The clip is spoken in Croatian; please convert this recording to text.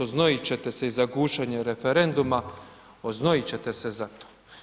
Oznojiti ćete se i za gušenje referenduma, oznojiti ćete se za to.